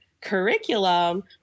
curriculum